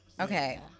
Okay